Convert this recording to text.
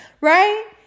Right